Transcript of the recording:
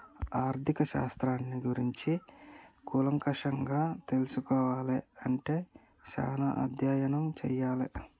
ఆర్ధిక శాస్త్రాన్ని గురించి కూలంకషంగా తెల్సుకోవాలే అంటే చానా అధ్యయనం చెయ్యాలే